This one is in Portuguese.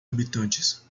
habitantes